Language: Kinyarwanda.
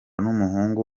n’umuhungu